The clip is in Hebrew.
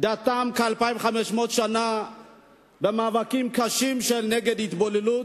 דתם כ-2,500 שנה במאבקים קשים נגד התבוללות,